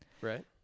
Right